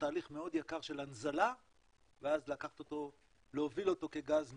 תהליך מאוד יקר של הנזלה ואז להוביל אותו כגז נוזלי,